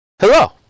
Hello